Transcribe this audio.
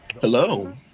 Hello